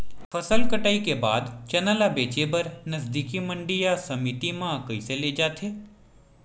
फसल कटाई के बाद चना ला बेचे बर नजदीकी मंडी या समिति मा कइसे ले जाथे?